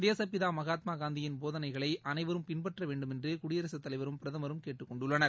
தேசப்பிதாமகாத்மாகாந்தியின் போதனைகளைஅனைவரும் பின்பற்றவேண்டுமென்றுகுடியரசுத்தலைவரும் பிரதமரும் கேட்டுக் கொண்டுள்ளனர்